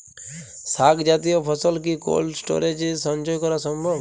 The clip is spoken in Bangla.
শাক জাতীয় ফসল কি কোল্ড স্টোরেজে সঞ্চয় করা সম্ভব?